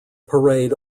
parade